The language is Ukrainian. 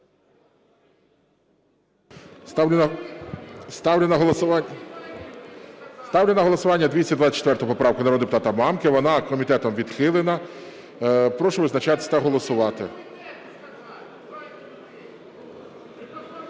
Ставлю на голосування 224 поправку народного депутата Мамки. Вона комітетом відхилена. Прошу визначатись та голосувати.